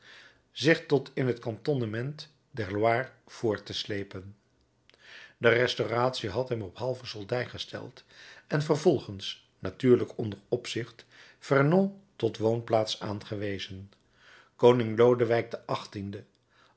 zich tot in het kantonnement der loire voort te sleepen de restauratie had hem op halve soldij gesteld en vervolgens natuurlijk onder opzicht vernon tot woonplaats aangewezen koning lodewijk